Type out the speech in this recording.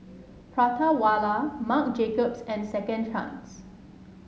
Prata Wala Marc Jacobs and Second Chance